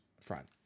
front